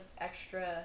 extra